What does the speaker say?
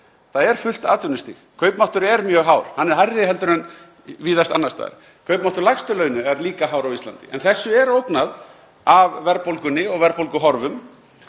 Það er fullt atvinnustig. Kaupmáttur er mjög hár, hann er hærri en víðast annars staðar. Kaupmáttur lægstu launa er líka hár á Íslandi. En þessu er ógnað af verðbólgunni og verðbólguhorfum.